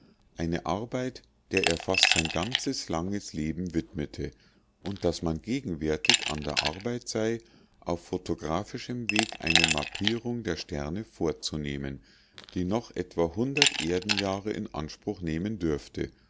eine arbeit der er fast sein ganzes langes leben widmete und daß man gegenwärtig an der arbeit sei auf photographischem wege eine mappierung der sterne vorzunehmen die noch etwa hundert erdenjahre in anspruch nehmen dürfte